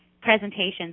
presentations